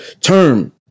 term